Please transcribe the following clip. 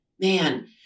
Man